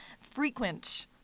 frequent